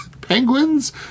penguins